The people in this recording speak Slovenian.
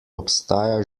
obstaja